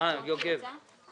לתע"ש, רפא"ל ונצר השרון.